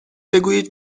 بگویید